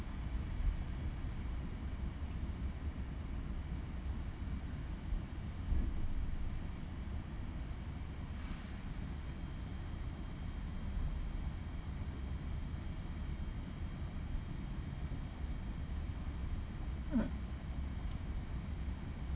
mm